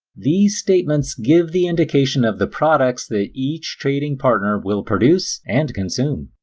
these statements give the indication of the products that each trading partner will produce and consume.